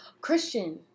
Christian